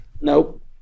nope